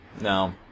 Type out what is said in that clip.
No